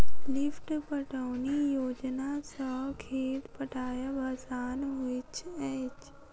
lift पटौनी योजना सॅ खेत पटायब आसान होइत अछि